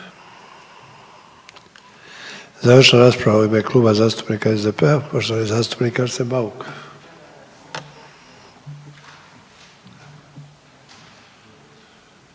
Završna rasprava u ime Kluba zastupnika SDP-a, poštovani zastupnik Arsen Bauk.